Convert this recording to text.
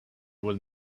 would